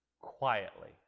quietly